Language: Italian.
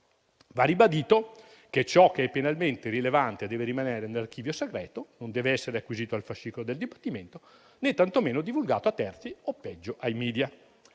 Va ribadito che ciò che è penalmente rilevante deve rimanere nell'archivio segreto, non deve essere acquisito al fascicolo del dibattimento né tantomeno divulgato a terzi o, peggio, ai *media*.